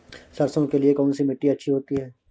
सरसो के लिए कौन सी मिट्टी अच्छी होती है?